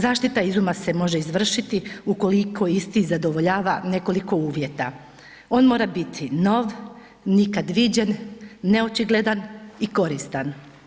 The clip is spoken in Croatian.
Zaštita izuma se može izvršiti ukoliko isti zadovoljava nekoliko uvjeta, on mora biti nov, nikad viđen, neočigledan i koristan.